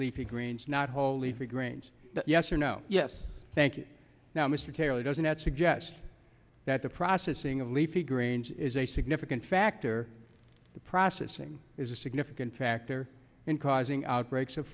leafy greens not wholly for grains yes or no yes thank you now mr taylor doesn't that suggest that the processing of leafy greens is a significant factor the processing is a significant factor in causing outbreaks of